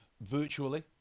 virtually